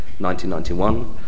1991